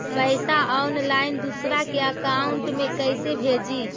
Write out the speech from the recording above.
पैसा ऑनलाइन दूसरा के अकाउंट में कैसे भेजी?